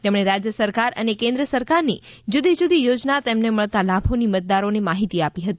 તેમણે રાજ્ય સરકાર અને કેન્દ્ર સરકારની જુદી જુદી યોજના તેમજ તેમને મળતા લાભોની મતદારોને માહિતી આપી હતી